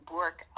work